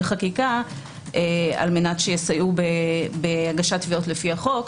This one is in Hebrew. חקיקה כדי שיסייעו בהגשת תביעות לפי החוק.